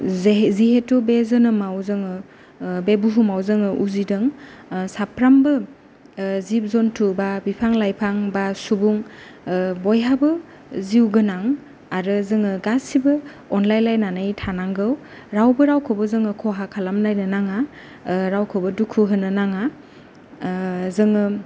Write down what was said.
जिहुथु बे जोनोमाव जोङो बे बुहुमाव जोङो उजिदों साफ्रोमबो जिब जन्थु बा बिफां लाइफां बा सुबुं बयहाबो जिउ गोनां आरो जोङो गासिबो अनलायलायनानै थानांगौ रावबो रावखौबो जोङो खहा खालामलायनो नाङा रावखौबो दुखु होनो नाङा जोङो